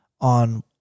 on